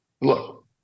Look